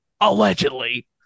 Allegedly